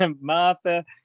Martha